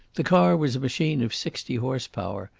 the car was a machine of sixty horse-power,